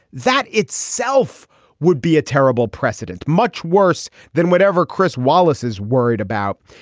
that itself would be a terrible precedent. much worse than whatever chris wallace is worried about.